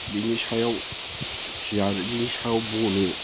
बिनि सायाव सेयारनि सायाव बनो